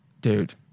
Dude